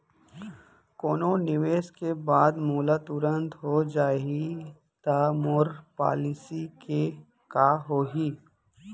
कोनो निवेश के बाद मोला तुरंत हो जाही ता मोर पॉलिसी के का होही?